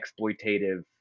exploitative